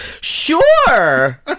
Sure